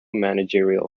managerial